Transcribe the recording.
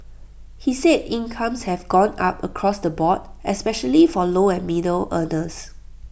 he said incomes have gone up across the board especially for low and middle earners